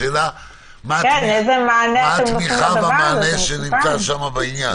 השאלה מה התמיכה והמענה בעניין.